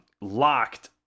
Locked